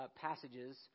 passages